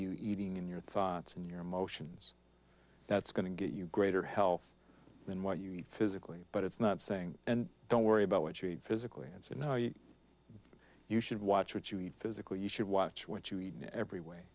you eating in your thoughts in your emotions that's going to get you greater health than what you eat physically but it's not saying don't worry about what you eat physically and so you know you you should watch what you eat physically you should watch what you eat in every way